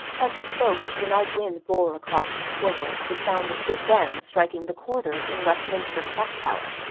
as he spoke, the night wind bore across the square the sound of big ben striking the quarters in westminster clock tower,